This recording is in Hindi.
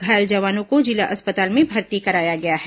घायल जवानों को जिला अस्पताल में भर्ती कराया गया है